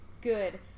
good